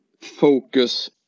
focus